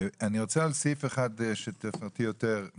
אני רוצה על סעיף אחד שתפרטי יותר.